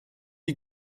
die